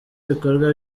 ibikorwa